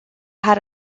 had